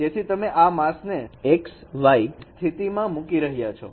તેથી તમે આ માસ્કનેxy સ્થિતિ માં મૂકી રહ્યા છો